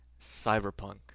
Cyberpunk